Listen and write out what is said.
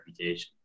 reputation